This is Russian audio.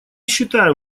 считаем